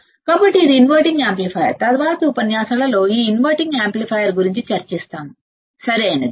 కాబట్టి ఇది inverting amplifier తరువాతి ఉపన్యాసాలలో ఈ ఇన్వర్టింగ్ యాంప్లిఫైయర్ గురించి చర్చిస్తాము సరియైనది